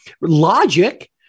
logic